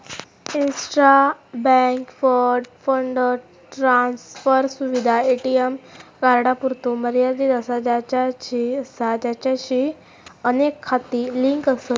intra bank fund transfer सुविधा ATM कार्डांपुरतो मर्यादित असा ज्याचाशी अनेक खाती लिंक आसत